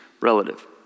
relative